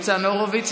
ניצן הורוביץ',